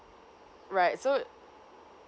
right so